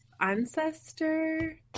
ancestor